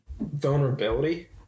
Vulnerability